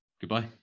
goodbye